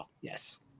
yes